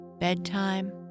Bedtime